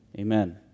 amen